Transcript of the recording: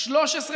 13 שנה,